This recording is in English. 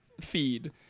feed